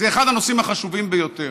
זה אחד הנושאים החשובים ביותר,